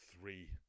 three